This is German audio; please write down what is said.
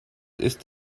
ist